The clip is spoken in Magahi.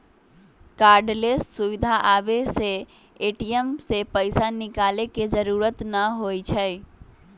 कार्डलेस सुविधा आबे से ए.टी.एम से पैसा निकाले के जरूरत न होई छई